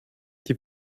die